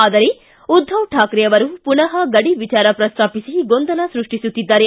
ಆದರೆ ಉದ್ದವ ಠಾಕ್ರೆ ಅವರು ಪುನಃ ಗಡಿ ವಿಚಾರ ಪ್ರಸ್ತಾಪಿಸಿ ಗೊಂದಲ ಸೃಷ್ಟಿಸುತ್ತಿದ್ದಾರೆ